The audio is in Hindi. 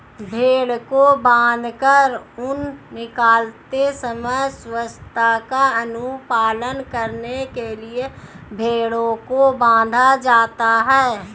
भेंड़ को बाँधकर ऊन निकालते समय स्वच्छता का अनुपालन करने के लिए भेंड़ों को बाँधा जाता है